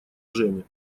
жени